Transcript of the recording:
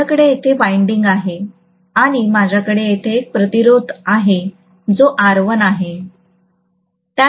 माझ्याकडे येथे वाइंडिंग आहे आणि माझ्याकडे येथे एक प्रतिरोध आहे जो R1 आहे